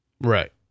right